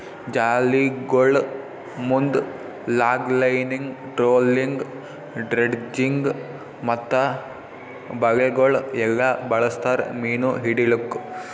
ಜಾಲಿಗೊಳ್ ಮುಂದ್ longlining, trolling, dredging ಮತ್ತ ಬಲೆಗೊಳ್ ಎಲ್ಲಾ ಬಳಸ್ತಾರ್ ಮೀನು ಹಿಡಿಲುಕ್